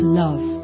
love